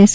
S